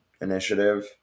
Initiative